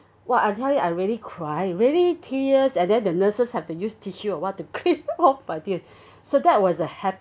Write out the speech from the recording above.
!wah! I tell you I really cried really tears and then the nurses have to use tissue or what to clean off my tears so that was a happiest